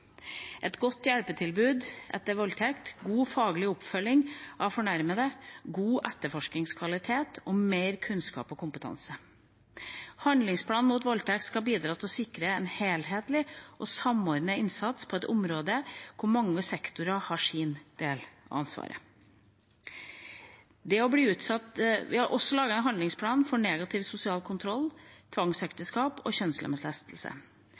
et godt hjelpetilbud etter voldtekt, god faglig oppfølging av fornærmede, god etterforskningskvalitet og mer kunnskap og kompetanse. Handlingsplanen mot voldtekt skal bidra til å sikre en helhetlig og samordnet innsats på et område hvor mange sektorer har sin del av ansvaret. Vi har også laget en handlingsplan mot negativ sosial kontroll, tvangsekteskap og kjønnslemlestelse. Å bli utsatt for negativ sosial kontroll, tvang, vold og